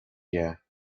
year